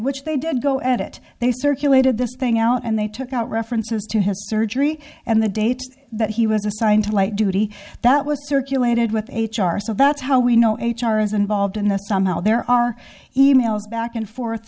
which they did go at it they circulated this thing out and they took out references to his surgery and the date that he was assigned to light duty that was circulated with h r so that's how we know h r is involved in the somehow there are e mails back and forth